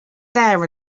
there